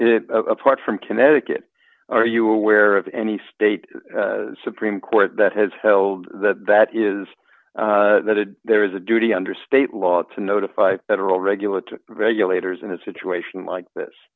apart from connecticut are you aware of any state supreme court that has held that that is that there is a duty under state law to notify federal regulatory regulators in a situation like this